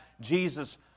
Jesus